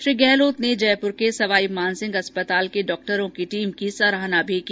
श्री गहलोत ने जयपुर के सवाईमानसिंह अस्पताल के डॉक्टरों की टीम सराहना की